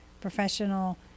professional